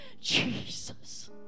Jesus